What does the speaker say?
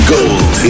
Gold